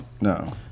No